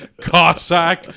Cossack